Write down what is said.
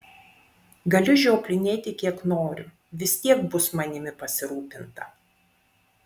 galiu žioplinėti kiek noriu vis tiek bus manimi pasirūpinta